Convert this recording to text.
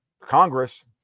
Congress